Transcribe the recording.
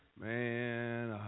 man